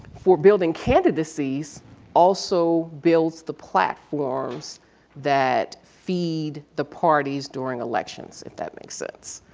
for building candidacies also builds the platforms that feed the parties during elections if that makes sense